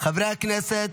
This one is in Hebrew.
חברי הכנסת,